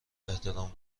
احترام